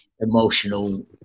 emotional